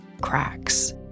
cracks